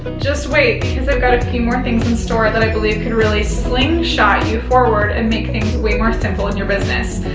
just wait because i've got a few more things in store that i believe can really slingshot you forward and make things way more simple in your business.